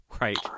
Right